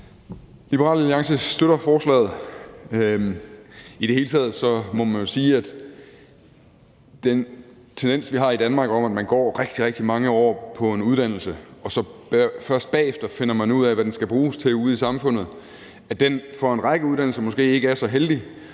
Liberal Alliance støtter forslaget. I det hele taget må man jo sige, at den tendens, vi har i Danmark, til, at man går rigtig, rigtig mange år på en uddannelse og så først bagefter finder ud af, hvad den skal bruges til ude i samfundet, for en række uddannelser måske ikke er så heldig,